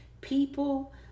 people